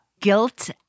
guilt